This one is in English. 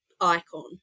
icon